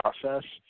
process